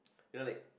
you know like